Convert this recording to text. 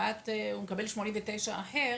מקבל למחר 89 אחר,